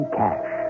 cash